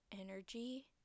energy